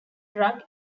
drug